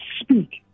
speak